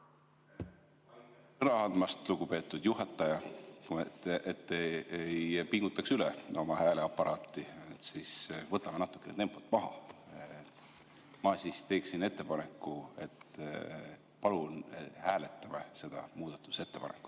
sõna andmast, lugupeetud juhataja! Et te ei pingutaks üle oma hääleaparaati, siis võtame natuke tempot maha. Ma siis teeksin ettepaneku, et palun hääletame seda muudatusettepanekut.